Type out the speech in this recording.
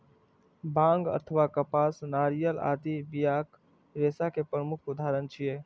बांग अथवा कपास, नारियल आदि बियाक रेशा के प्रमुख उदाहरण छियै